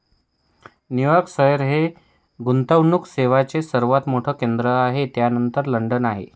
New York शहर हे गुंतवणूक सेवांचे सर्वात मोठे केंद्र आहे त्यानंतर लंडन आहे